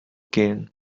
gehen